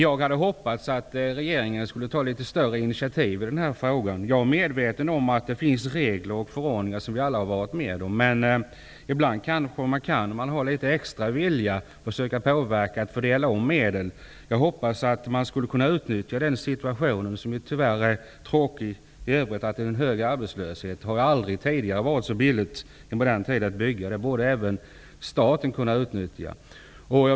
Jag hade hoppats att regeringen skulle ta litet mer initiativ i den här frågan. Jag är medveten om att det finns regler och förordningar som vi alla varit med om att fatta beslut om. Men ibland kan man ha litet extra vilja, försöka påverka och fördela om medel. Jag hoppas att man skall kunna utnyttja den situationen, som tyvärr är tråkig i övrigt, att det råder en hög arbetslöshet. Det har i modern tid aldrig tidigare varit så billigt att bygga. Det borde även staten kunna utnyttja.